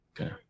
Okay